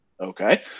okay